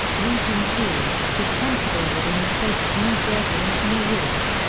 region two responsible within the states of new jersey and new york.